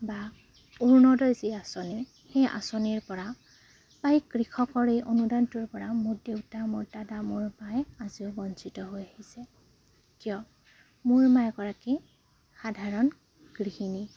বা অৰুণোদয় যি আঁচনি সেই আঁচনিৰ পৰা বা এই কৃষকৰ এই অনুদানটোৰ পৰা মোৰ দেউতা মোৰ দাদা মোৰ মায়ে আজিও বঞ্চিত হৈ আহিছে কিয় মোৰ মা এগৰাকী সাধাৰণ গৃহিণী